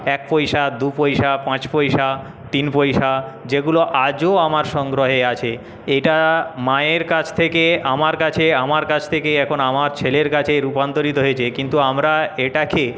এক পইসা দু পইসা পাঁচ পয়সা তিন পয়সা যেগুলো আজও আমার সংগ্রহে আছে এটা মায়ের কাছ থেকে আমার কাছে আমার কাছ থেকে এখন আমার ছেলের কাছে এখন রূপান্তরিত হয়েছে কিন্তু আমরা এটাকে